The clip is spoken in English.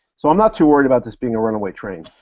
so i'm not too worried about this being a runaway train.